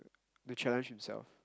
to challenge himself